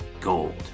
gold